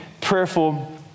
prayerful